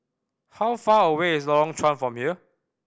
how far away is Lorong Chuan from here